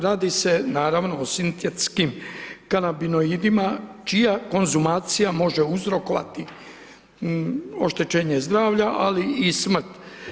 Radi se, naravno, o sintetskim kanabinoidima čija konzumacija može uzrokovati oštećenje zdravlja, ali i smrt.